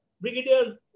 brigadier